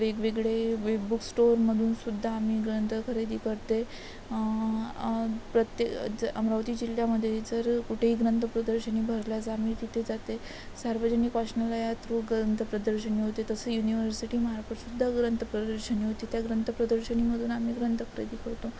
वेगवेगळे व बुक स्टोअरमधूनसुद्धा आम्ही ग्रंथ खरेदी करते प्रत्येक ज अमरावती जिल्ह्यामध्ये जर कुठेही ग्रंथप्रदर्शनी भरल्याच आम्ही तिथे जाते सार्वजनिक वाचनालया थ्रू ग्रंथप्रदर्शनी होते तसं युनिव्हर्सिटी मार्फतसुद्धा ग्रंथप्रदर्शनी होते त्या ग्रंथप्रदर्शनीमधून आम्ही ग्रंथ खरेदी करतो